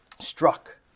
struck